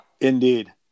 Indeed